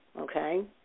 Okay